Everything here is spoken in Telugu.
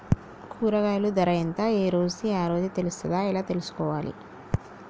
కూరగాయలు ధర ఎంత ఏ రోజుది ఆ రోజే తెలుస్తదా ఎలా తెలుసుకోవాలి?